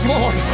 Lord